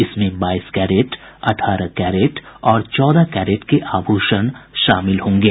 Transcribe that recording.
इसमें बाईस कैरेट अठारह कैरेट और चौदह कैरेट के आभूषण शामिल होंगे